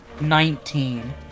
Nineteen